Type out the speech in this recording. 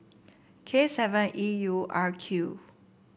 K seven E U R Q